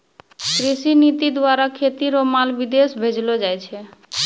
कृषि नीति द्वारा खेती रो माल विदेश भेजलो जाय छै